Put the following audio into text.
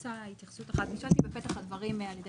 התייחסות אחת - נשאלתי בפתח הדברים על ידי